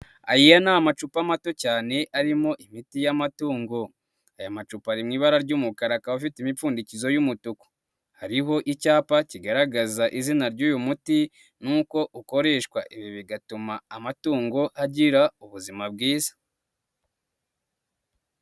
Aya ni amacupa mato cyane arimo imiti y'amatungo, aya macupa ari mu ibara ry'umukara akaba afite imipfundikizo y'umutuku, hariho icyapa kigaragaza izina ry'uyu muti nuko ukoreshwa, ibi bigatuma amatungo agira ubuzima bwiza.